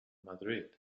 madrid